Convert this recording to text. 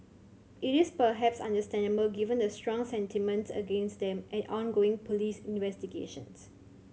it is perhaps understandable given the strong sentiments against them and ongoing police investigations